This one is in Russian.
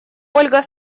ольга